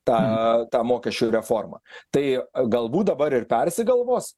tą tą mokesčių reformą tai galbūt dabar ir persigalvos